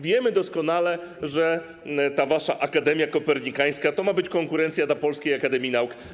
Wiemy doskonale, że ta wasza Akademia Kopernikańska to ma być konkurencja dla Polskiej Akademii Nauk.